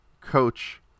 coach